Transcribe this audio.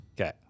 okay